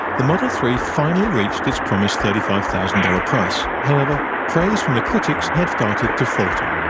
the model three finally reached its promised thirty five thousand dollars price. however, praise from the critics had started to falter.